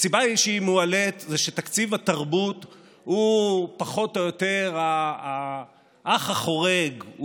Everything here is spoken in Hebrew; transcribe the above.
זה שתקציב התרבות הוא פחות או יותר האח החורג,